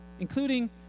including